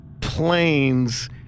planes